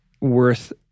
worth